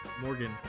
Morgan